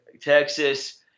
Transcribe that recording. Texas